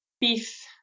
beef